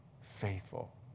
faithful